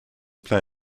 play